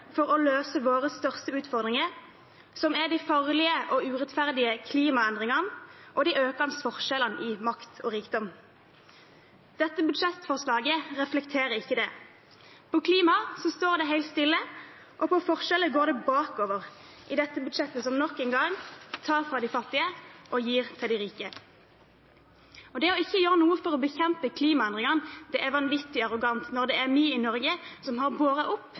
for å løse våre største utfordringer, som er de farlige og urettferdige klimaendringene og de økende forskjellene i makt og rikdom. Dette budsjettforslaget reflekterer ikke det. Når det gjelder klima, står det helt stille, og når det gjelder forskjeller, går det bakover i dette budsjettet, som nok en gang tar fra de fattige og gir til de rike. Det å ikke gjøre noe for å bekjempe klimaendringene er vanvittig arrogant, når det er vi i Norge som har boret opp